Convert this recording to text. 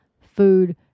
food